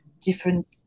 different